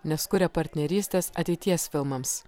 nes kuria partnerystes ateities filmams